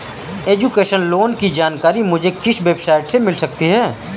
Education loan की जानकारी मुझे किस वेबसाइट से मिल सकती है?